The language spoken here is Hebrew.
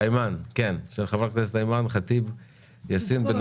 בכל המיליארדים שחולקו עד